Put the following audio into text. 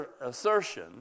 assertion